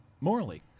morally